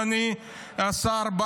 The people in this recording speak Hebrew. אדוני השר,